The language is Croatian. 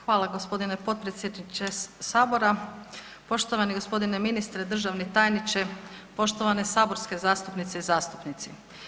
Hvala gospodine potpredsjedniče Sabora, poštovani gospodine ministre, državni tajniče, poštovane saborske zastupnice i zastupnici.